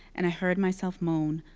and i heard myself moan,